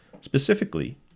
Specifically